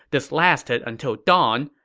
this lasted and till dawn,